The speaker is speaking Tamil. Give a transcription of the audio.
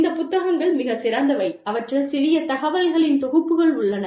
இந்த புத்தகங்கள் மிகச் சிறந்தவை அவற்றில் சிறிய தகவல்களின் தொகுப்புகள் உள்ளன